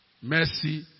mercy